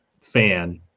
fan